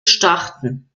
starten